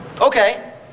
Okay